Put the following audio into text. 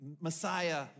Messiah